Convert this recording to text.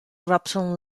robson